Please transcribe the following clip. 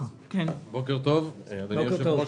בוקר טוב, אדוני היושב-ראש.